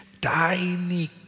Tiny